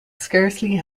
scarcely